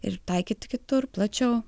ir taikyti kitur plačiau